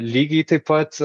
lygiai taip pat